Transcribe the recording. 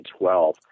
2012